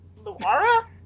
Luara